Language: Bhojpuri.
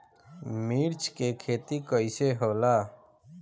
मिर्च के खेती कईसे होला?